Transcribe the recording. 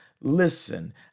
Listen